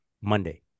Monday